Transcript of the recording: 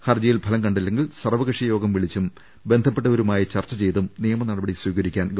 ഹർജിയിൽ ഫലം കണ്ടില്ലെങ്കിൽ സർവ്വകക്ഷി യോഗം വിളിച്ചും ബന്ധപ്പെട്ടവരുമായി ചർച്ച ചെയ്തും നിയമനടപടി സ്വീക രിക്കാൻ ഗവൺമെന്റ് സന്നദ്ധമാകണം